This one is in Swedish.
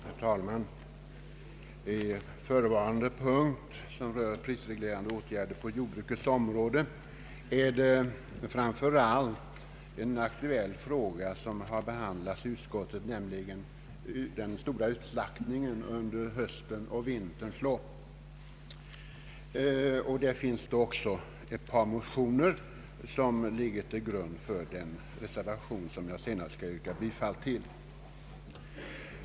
Herr talman! I förevarande punkt, som rör Prisreglerande åtgärder på jordbrukets område, är det framför allt en aktuell fråga som har behandlats i utskottet, nämligen den stora utslaktningen under höstens och vinterns lopp. Det finns också ett par motioner som ligger till grund för den reservation som jag senare kommer att yrka bifall till.